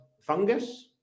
fungus